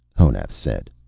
honath said.